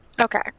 Okay